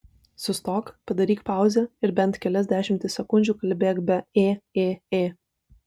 sustok padaryk pauzę ir bent kelias dešimtis sekundžių kalbėk be ė ė ė